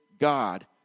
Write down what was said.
God